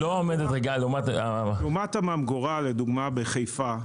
לעומת הממגורה למשל בחיפה,